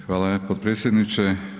Hvala potpredsjedniče.